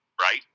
right